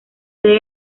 sede